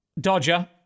Dodger